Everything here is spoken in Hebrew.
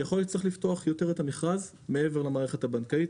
יכול להיות שצריך לפתוח את המכרז מעבר למערכת הבנקאית.